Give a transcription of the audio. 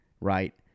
Right